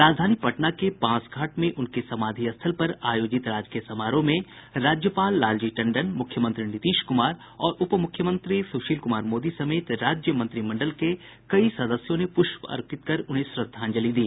राजधानी पटना के बांसघाट में उनके समाधि स्थल पर आयोजित राजकीय समारोह में राज्यपाल लालजी टंडन मुख्यमंत्री नीतीश क्मार और उपमुख्यमंत्री स्रशील क्मार मोदी समेत राज्य मंत्रिमंडल के कई सदस्यों ने पुष्प अर्पित कर उन्हें श्रद्धांजलि दी